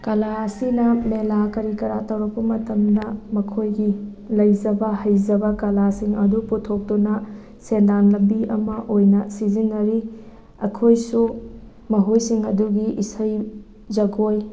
ꯀꯂꯥ ꯑꯁꯤꯅ ꯃꯦꯂꯥ ꯀꯔꯤ ꯀꯔꯥ ꯇꯧꯔꯛꯄ ꯃꯇꯝꯗ ꯃꯈꯣꯏꯒꯤ ꯂꯩꯖꯕ ꯍꯩꯖꯕ ꯀꯂꯥꯁꯤꯡ ꯑꯗꯨ ꯄꯨꯊꯣꯛꯇꯨꯅ ꯁꯦꯟꯗꯥꯟ ꯂꯝꯕꯤ ꯑꯃ ꯑꯣꯏꯅ ꯁꯤꯖꯤꯟꯅꯔꯤ ꯑꯩꯈꯣꯏꯁꯨ ꯃꯈꯣꯏꯁꯤꯡ ꯑꯗꯨꯒꯤ ꯏꯁꯩ ꯖꯒꯣꯏ